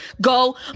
go